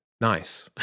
nice